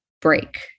break